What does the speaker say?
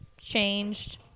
changed